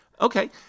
Okay